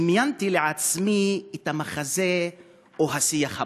דמיינתי לעצמי את המחזה או השיח הבא: